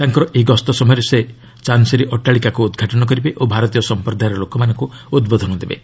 ତାଙ୍କର ଏହି ଗସ୍ତ ସମୟରେ ସେ ଚାନ୍ସେରି ଅଟାଳିକାକୁ ଉଦ୍ଘାଟନ କରିବେ ଓ ଭାରତୀୟ ସମ୍ପ୍ରଦାୟ ଲୋକମାନଙ୍କୁ ଉଦ୍ବୋଧନ ଦେବେ